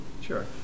sure